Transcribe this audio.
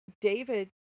David